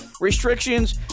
Restrictions